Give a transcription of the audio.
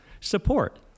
support